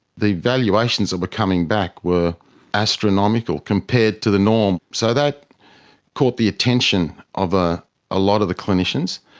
the valuations that were coming back were astronomical compared to the norm. so that caught the attention of a ah lot of the clinicians,